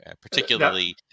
Particularly